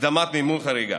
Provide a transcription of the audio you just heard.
הקדמת מימון חריגה.